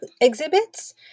exhibits